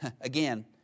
again